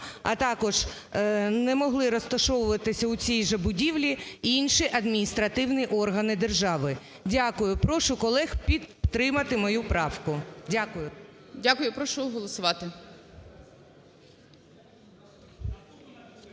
а також не могли розташовуватися у цій же будівлі інші адміністративні органи держави. Дякую. Прошу колег підтримати мою правку. Дякую. ГОЛОВУЮЧИЙ. Дякую. І прошу голосувати.